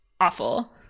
awful